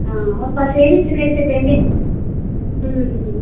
हाँ और पसेरी से कैसे देंगे